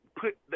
put